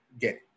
get